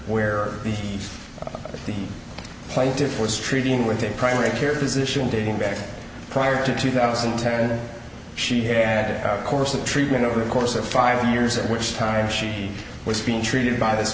case here where the plaintiffs was treating with a primary care physician dating back prior to two thousand and ten and she had a course of treatment over the course of five years at which time she was being treated by this